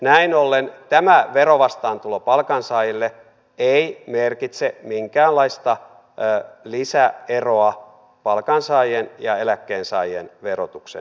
näin ollen tämä verovastaantulo palkansaajille ei merkitse minkäänlaista lisäeroa palkansaajien ja eläkkeensaajien verotuksen välillä